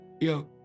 yo